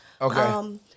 Okay